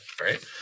right